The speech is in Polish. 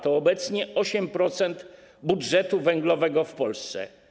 To obecnie 8% budżetu węglowego w Polsce.